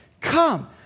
Come